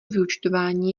vyúčtování